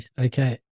Okay